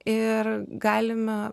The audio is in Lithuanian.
ir galime